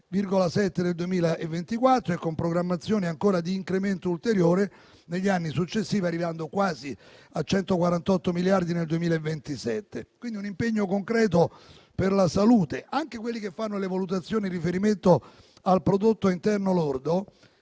nel 2024, con programmazione di incremento ulteriore negli anni successivi, arrivando quasi a 148 miliardi nel 2027. Quindi, un impegno concreto per la salute. Anche quelli che fanno le valutazioni in riferimento al prodotto interno lordo,